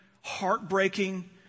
heartbreaking